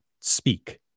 speak